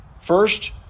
First